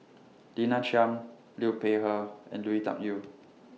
Lina Chiam Liu Peihe and Lui Tuck Yew